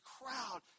crowd